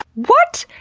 what!